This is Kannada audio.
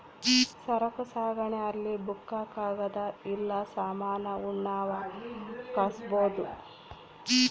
ಸರಕು ಸಾಗಣೆ ಅಲ್ಲಿ ಬುಕ್ಕ ಕಾಗದ ಇಲ್ಲ ಸಾಮಾನ ಉಣ್ಣವ್ ಕಳ್ಸ್ಬೊದು